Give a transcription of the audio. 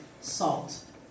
SALT